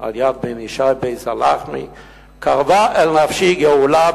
על יד בן ישי בית הלחמי / קרבה אל נפשי גאולה,